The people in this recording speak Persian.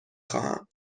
خواهم